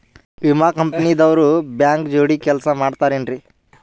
ವಿಮಾ ಕಂಪನಿ ದವ್ರು ಬ್ಯಾಂಕ ಜೋಡಿ ಕೆಲ್ಸ ಮಾಡತಾರೆನ್ರಿ?